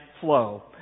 flow